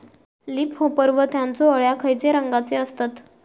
Leaf होपर व त्यानचो अळ्या खैचे रंगाचे असतत?